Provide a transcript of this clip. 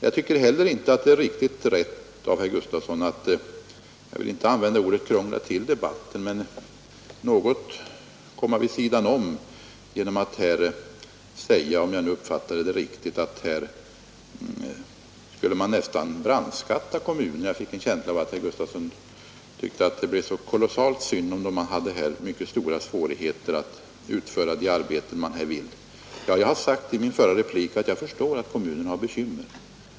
Jag tycker inte heller att det är riktigt rätt av herr Gustafson att — jag vill inte använda ordet krångla till debatten — något komma vid sidan om debatten genom att här säga — om jag uppfattade det riktigt — att man här nästan skulle brandskatta kommunerna. Jag fick en känsla av att herr Gustafson tyckte att det blev kolossalt synd om kommunerna och att de fick mycket stora svårigheter att slutföra nödvändiga arbeten av det slag det här gäller. Jag har sagt i min förra replik att jag förstår att kommunerna har bekymmer.